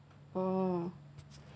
oh